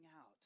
out